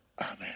Amen